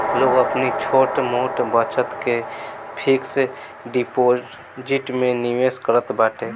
लोग अपनी छोट मोट बचत के फिक्स डिपाजिट में निवेश करत बाटे